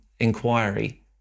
Inquiry